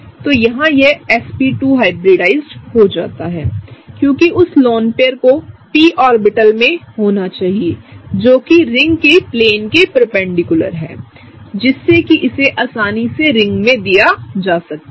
तो यहाँ यहsp2हाइब्रिडाइज्डहो जाता है क्योंकि उस लोन पेयर को pऑर्बिटल में होना चाहिएजोकि रिंग के प्लेन के परपेंडिकुलर है जिससे कि इसे आसानी से रिंग में दिया जा सकता है